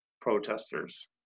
protesters